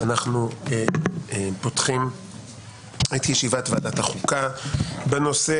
אנחנו פותחים את ישיבת ועדת החוקה בנושא